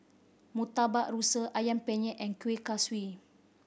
Murtabak Rusa Ayam Penyet and kueh kosui